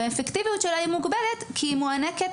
האפקטיביות שלה מוגבלת כי היא מוענקת